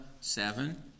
seven